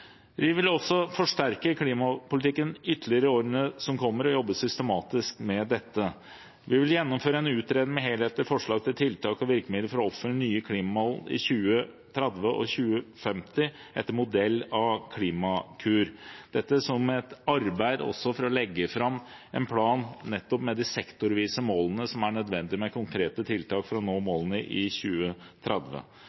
Vi vil forsterke klimapolitikken ytterligere i årene som kommer, og jobber systematisk med dette. Vi vil gjennomføre en utredning med helhetlige forslag til tiltak og virkemidler for å oppnå nye klimamål i 2030 og 2050 etter modell av Klimakur – dette som et arbeid også for å legge fram en plan med de sektorvise målene som er nødvendige, og med konkrete tiltak for å nå